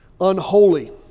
Unholy